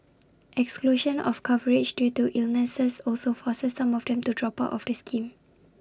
exclusion of coverage due to illnesses also forces some of them to drop out of the scheme